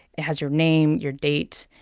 it has your name, your date,